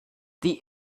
the